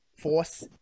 Force